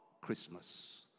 Christmas